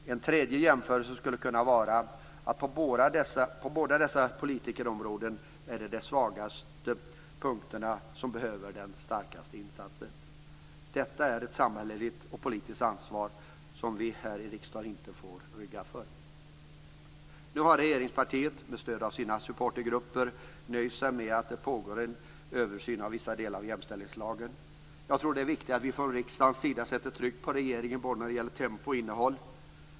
En tredje jämförelse skulle kunna vara att på båda dessa politikerområden är det de svagaste som behöver den starkaste insatsen. Detta är ett samhälleligt och politiskt ansvar som vi här i riksdagen inte får rygga tillbaka för. Nu har regeringspartiet med stöd av sina supportergrupper nöjt sig med att det pågår en översyn av vissa delar av jämställdhetslagen. Jag tror att det är viktigt att vi från riksdagen sätter tryck på regeringen när det gäller både tempo och innehåll.